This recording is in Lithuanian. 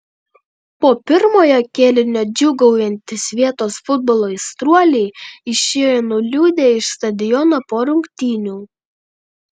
po pirmojo kėlinio džiūgaujantys vietos futbolo aistruoliai išėjo nuliūdę iš stadiono po rungtynių